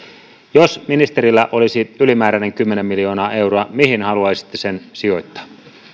jos ministerillä olisi ylimääräinen kymmenen miljoonaa euroa mihin haluaisitte sen sijoittaa